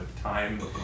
time